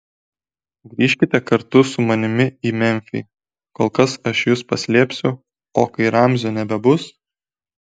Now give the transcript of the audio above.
grįžkite kartu su manimi į memfį kol kas aš jus paslėpsiu o kai ramzio nebebus